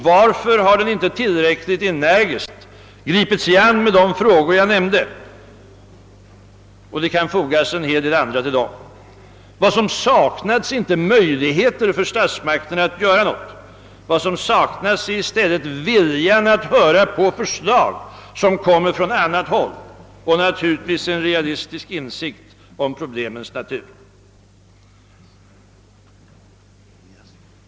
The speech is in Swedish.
Varför har inte regeringen tillräckligt energiskt gripit sig an med de frågor jag nämnde? Det kan fogas en hel del andra till dem. Vad som saknats är inte möjligheter för statsmakterna att göra något. Vad som saknats är i stället viljan att höra på förslag som kommer från annat håll och naturligtvis en realistisk insikt om problemens natur.